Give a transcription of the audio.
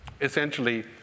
essentially